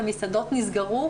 המסעדות נסגרו,